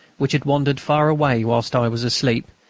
which had wandered far away whilst i was asleep,